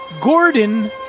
Gordon